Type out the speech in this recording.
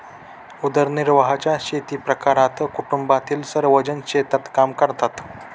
उदरनिर्वाहाच्या शेतीप्रकारात कुटुंबातील सर्वजण शेतात काम करतात